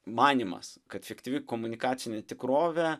manymas kad fiktyvi komunikacinė tikrovė